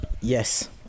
Yes